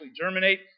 germinate